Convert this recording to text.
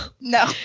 No